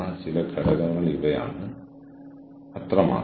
ഈ പ്രഭാഷണത്തിൽ ഇന്ന് നിങ്ങൾക്കായി ഇത്രയേയുള്ളൂ